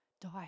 die